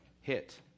hit